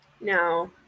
Now